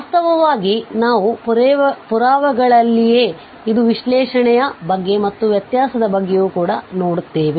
ವಾಸ್ತವವಾಗಿ ನಾವು ಪುರಾವೆಗಳಲ್ಲಿಯೇ ಇದು ವಿಶ್ಲೇಷಣೆಯ ಬಗ್ಗೆ ಮತ್ತು ವ್ಯತ್ಯಾಸದ ಬಗ್ಗೆಯೂ ಕೂಡ ನೋಡುತ್ತೇವೆ